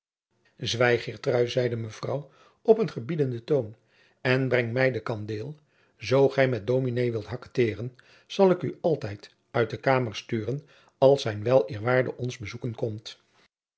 zeide mevrouw op een gebiedenden toon en breng mij de kandeel zoo gij met dominé wilt hakketeeren zal ik u altijd uit de kamer sturen als zijn wel eerwaarde ons bezoeken komt